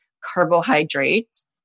carbohydrates